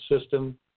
system